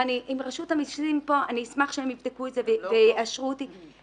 ואם רשות המסים כאן אני אשמח שהם יבדקו את זה ויאשרו את דבריי,